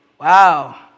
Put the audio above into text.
Wow